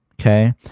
Okay